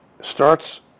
starts